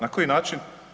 Na koji način?